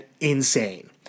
insane